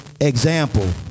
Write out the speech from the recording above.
example